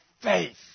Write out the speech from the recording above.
faith